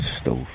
stove